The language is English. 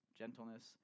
gentleness